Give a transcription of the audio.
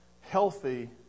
healthy